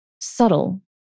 subtle